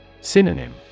Synonym